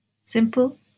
Simple